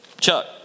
Chuck